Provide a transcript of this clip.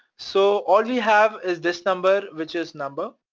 so all we have is this number, which is number,